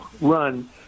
run